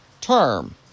term